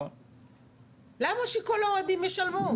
למה שכל האוהדים ישלמו?